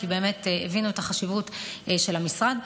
כי הבינו את חשיבות המשרד,